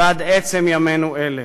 ועד עצם ימינו אלה.